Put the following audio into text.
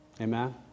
Amen